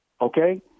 Okay